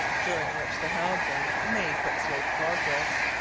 during which the halbrane made but slow progress,